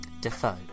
Defoe